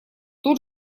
тут